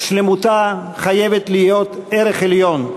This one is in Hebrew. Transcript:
שלמותה חייבת להיות ערך עליון,